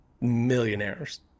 millionaires